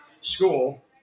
school